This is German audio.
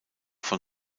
von